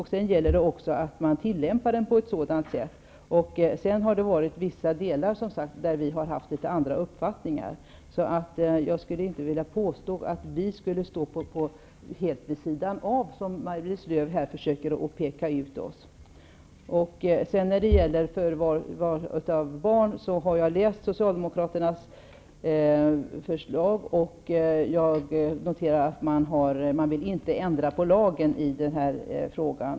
Men det gäller också att tillämpa lagar och förordningar så att flyktingpolitiken blir generös och human. Sedan har vi haft andra uppfattningar i vissa delar. Jag skulle därför inte vilja påstå att vi står helt vid sidan av, som Maj-Lis Lööw försöker göra gällande när hon pekar ut oss. När det gäller förvar av barn har jag läst Socialdemokraternas förslag. Jag noterar att man inte vill ändra lagen.